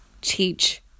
teach